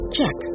Check